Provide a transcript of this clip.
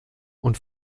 und